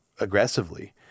aggressively